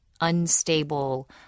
unstable